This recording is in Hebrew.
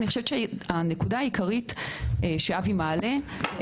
ואני חושבת שהנקודה העיקרית שהוא מעלה היא